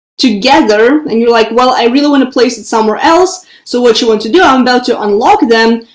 together, and you're like, well, i really want to place it somewhere else. so what you want to do, i'm about to unlock them.